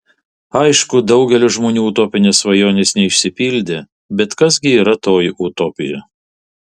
aišku daugelio žmonių utopinės svajonės neišsipildė bet kas gi yra toji utopija